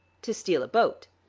to steal a boat.